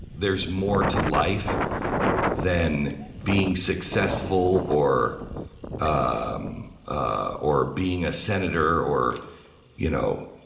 there's more to life than being successful or um ah or being a senator or you know